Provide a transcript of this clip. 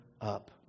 up